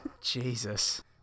Jesus